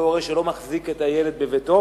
אותו הורה שלא מחזיק את הילד בביתו,